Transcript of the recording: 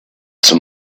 some